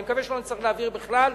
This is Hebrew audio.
אני מקווה שלא נצטרך להעביר בכלל,